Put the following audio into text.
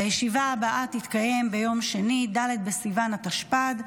הישיבה הבאה תתקיים ביום שני ד' בסיוון התשפ"ד,